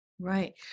Right